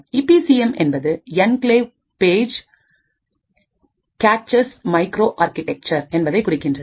EB C M என்பது enclave page caches microarchitecture என்பதனை குறிக்கின்றது